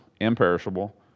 imperishable